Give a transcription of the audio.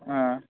হ্যাঁ